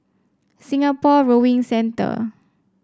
Singapore Rowing Center